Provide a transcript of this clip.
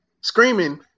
screaming